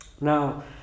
Now